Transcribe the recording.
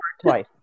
Twice